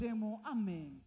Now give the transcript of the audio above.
Amen